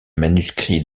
manuscrits